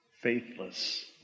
faithless